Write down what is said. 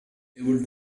able